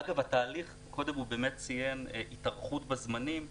אגב, קודם הוא באמת ציין התארכות בזמנים.